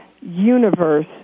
universe